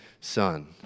son